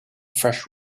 fresh